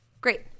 Great